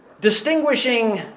distinguishing